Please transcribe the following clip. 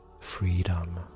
freedom